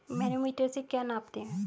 Manometer से क्या नापते हैं?